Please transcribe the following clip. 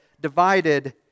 divided